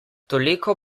toliko